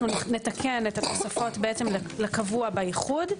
נתקן את התוספות לקבוע באיחוד,